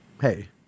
hey